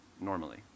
normally